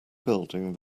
building